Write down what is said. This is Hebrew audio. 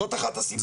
זאת אחת הסיבות.